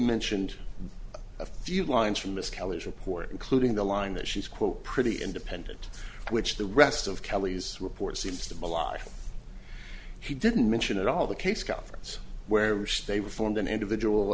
mentioned a few lines from this kalish report including the line that she's quote pretty independent which the rest of kelly's report seems to belie she didn't mention at all the case conference where they were formed an individual